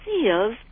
seals